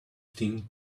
thing